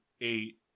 eight